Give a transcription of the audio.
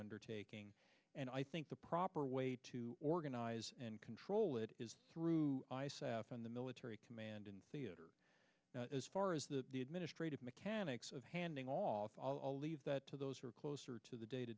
undertaking and i think the proper way to organize and control it is through i step on the military command in theater as far as the administrative mechanics of handing off i'll leave that to those who are closer to the day to